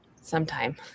sometime